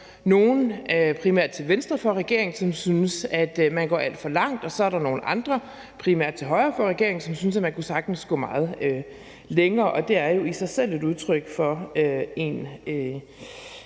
nogle, primært til venstre for regeringen, synes, at man går alt for langt, og så er der nogle andre, primært til højre for regeringen, som synes, at man sagtens kunne gå meget længere. Det er jo i sig selv et udtryk for en